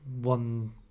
one